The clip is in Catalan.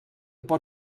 pot